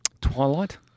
Twilight